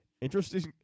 Interesting